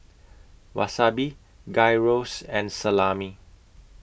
Wasabi Gyros and Salami